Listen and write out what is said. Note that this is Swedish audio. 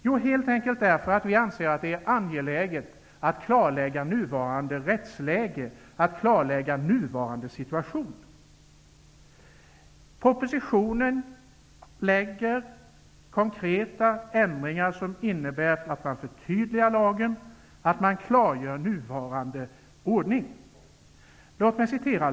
Vi anser att det helt enkelt är angeläget att klarlägga nuvarande rättsläge och situation. I propositionen läggs konkreta förslag om ändringar fram som innebär att lagen förtydligas och att nuvarande ordning klargörs.